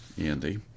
Andy